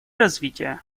развития